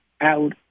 out